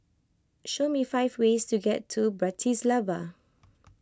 show me five ways to get to Bratislava